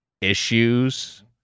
issues